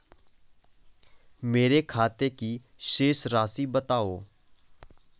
मेरे खाते की शेष राशि बताओ?